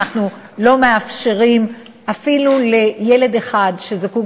אנחנו לא מאפשרים אפילו לילד אחד שזקוק,